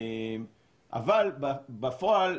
אבל בפועל,